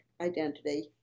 identity